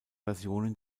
versionen